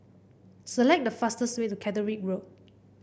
select the fastest way to Catterick Road